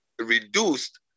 reduced